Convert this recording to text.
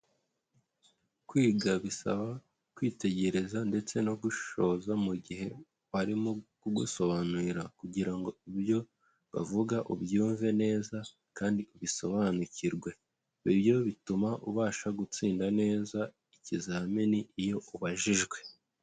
Kwiga bisaba kwitegereza ndetse no gushishoza mu gihe barimo kugusobanurira kugira ngo ibyo bavuga ubyumve neza kandi ubisobanukirwe, ibyo bituma ubasha gutsinda neza ikizamini iyo ubajijwe.